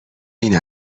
این